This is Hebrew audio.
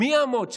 מי יעמוד שם?